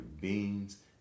Beans